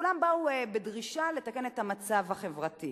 וכולם באו בדרישה לתקן את המצב החברתי.